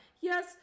yes